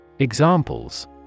Examples